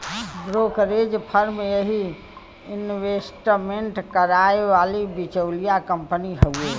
brokerage firm यही investment कराए वाली बिचौलिया कंपनी हउवे